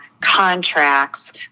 contracts